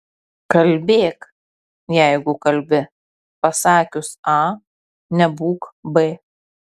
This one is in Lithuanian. kalbėk jeigu kalbi pasakius a nebūk b